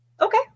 Okay